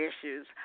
issues